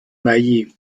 meiji